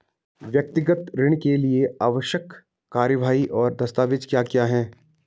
व्यक्तिगत ऋण के लिए आवश्यक कार्यवाही और दस्तावेज़ क्या क्या हैं?